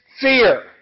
fear